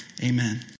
amen